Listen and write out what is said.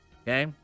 Okay